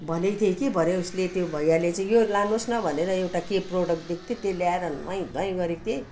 भनेको थिएँ कि भरे उसले त्यो भैयाले चाहिँ यो लानुहोस् न भनेर एउटा के प्रडक्ट दिएको थियो त्यो ल्याएर नुहाई धुवाई गरेको थिएँ